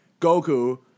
Goku